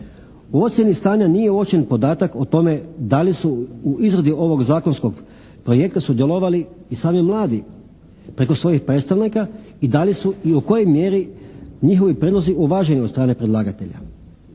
U ocjeni stanja nije uočen podatak o tome da li su u izradi ovog zakonskog projekta sudjelovali i sami mladi preko svojih predstavnika i da li su i u kojoj mjeri njihovi prijedlozi uvaženi od strane predlagatelja.